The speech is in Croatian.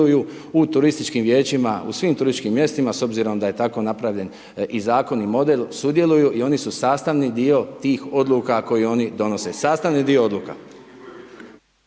u turističkim vijećima u svim turističkim mjestima s obzirom da je tako napravljen i Zakon, i model, sudjeluju i oni su sastavni dio tih Odluka koji oni donose, sastavni dio Odluka.